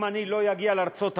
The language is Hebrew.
אם אני לא אגיע לארצות-הברית,